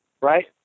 right